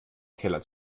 keller